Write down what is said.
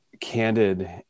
Candid